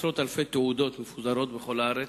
עשרות אלפי תעודות מפוזרות בכל הארץ.